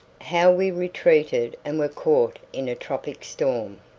how we retreated and were caught in a tropic storm.